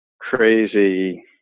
crazy